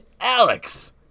Alex